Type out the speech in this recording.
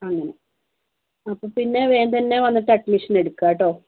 അ അങ്ങനെ അപ്പോൾ പിന്നെ വേഗം തന്നെ വന്നിട്ട് അഡ്മിഷൻ എടുക്കാം കേട്ടോ